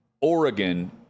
Oregon